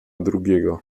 drugiego